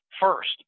first